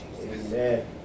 Amen